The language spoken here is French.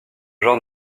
genre